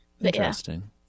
Interesting